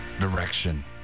direction